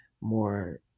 more